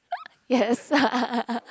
yes